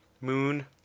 moon